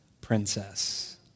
princess